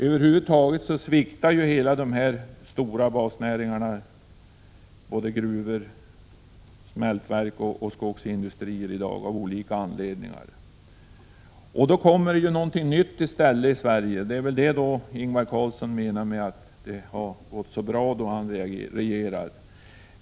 Över huvud taget sviktar ju de stora basnäringarna — gruvor, smältverk och skogsindustrier — i dag av olika anledningar. Då kommer någonting nytt i stället i Sverige. Det är väl det som Ingvar Carlsson menar, när han säger att det går så bra när han regerar.